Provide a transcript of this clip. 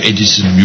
Edison